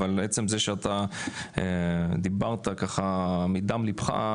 אבל עצם זה שאתה דיברת ככה מדם ליבך,